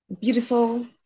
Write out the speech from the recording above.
beautiful